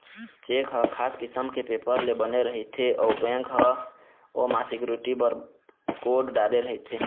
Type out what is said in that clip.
cheque ह खास किसम के पेपर ले बने रहिथे अउ बेंक ह ओमा सिक्यूरिटी बर कोड डाले रहिथे